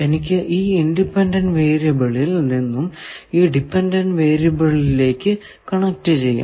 എനിക്ക് ഈ ഇൻഡിപെൻഡന്റ് വേരിയബിളിൽ നിന്നും ഈ ഡിപെൻഡന്റ് വേരിയബിളിലേക്കു കണക്ട് ചെയ്യണം